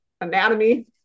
Anatomy